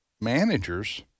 managers